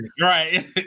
right